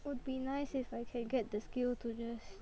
would be nice if I can get the skill to just